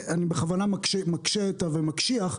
אני בכוונה מקשה ומקשיח,